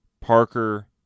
parker